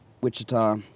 Wichita